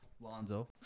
Lonzo